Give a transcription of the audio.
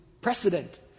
precedent